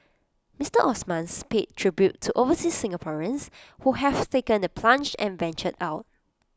Mister Osman's paid tribute to overseas Singaporeans who have taken the plunge and ventured out